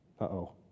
uh-oh